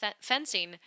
fencing